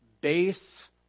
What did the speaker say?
base